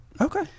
okay